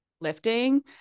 lifting